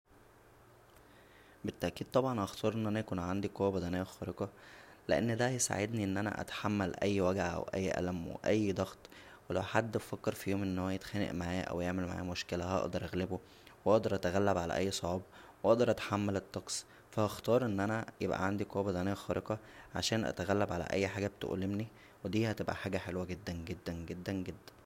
بالتاكيد طبعا هختار ان انا يكون عندى قوه بدنيه خارقه لان دا هيساعدنى ان انا اتحمل اى وجع و اى الم و اى ضغط و لو حد فكر فيوم انه يتخانق معايا مشكله هقدر اغلبه و اقدر اتغلب على اى صعاب و اقدر اتحمل الطقس فا هختار ان انا يكون عندى قوه بدنيه خارقه عشان اتغلب على اى حاجه بتؤلمنى و دى هتبقى حاجه حلوه جدا جدا جدا جدا